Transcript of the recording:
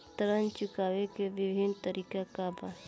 ऋण चुकावे के विभिन्न तरीका का बा?